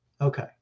okay